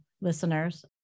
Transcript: listeners